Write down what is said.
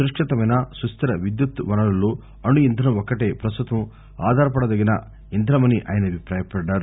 సురక్షితమైన సుస్థిర విద్యుత్ వనరుల్లో అణు ఇంధనం ఒక్కటే పస్తుతం ఆధారపదగిన ఇంధనమని ఆయన అభిపాయపడ్దారు